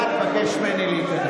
לך תירגע, תבקש ממני להיכנס.